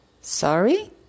Sorry